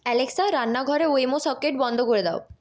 Alexa রান্নাঘরে Wemo socket বন্ধ করে দাও